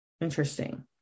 Interesting